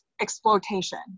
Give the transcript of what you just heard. Exploitation